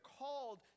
called